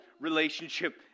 relationship